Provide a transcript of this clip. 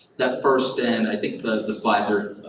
that first in, i think the the slides are,